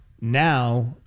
Now